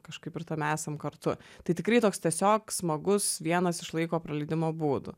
kažkaip ir tam esam kartu tai tikrai toks tiesiog smagus vienas iš laiko praleidimo būdų